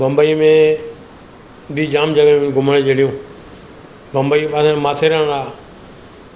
बम्बई में बि जाम जॻहायूं घुमाणु जहिड़ियूं बम्बई में माथेरन आ्हे